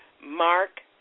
Mark